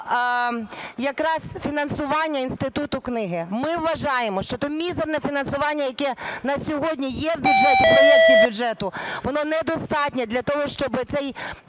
якраз фінансування Інституту книги. Ми вважаємо, що те мізерне фінансування, яке на сьогодні є в бюджеті, в проекті бюджету, воно недостатнє для того, щоб ця